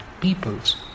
peoples